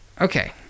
Okay